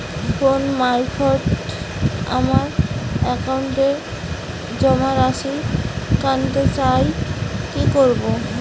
Phone মারফত আমার একাউন্টে জমা রাশি কান্তে চাই কি করবো?